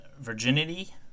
Virginity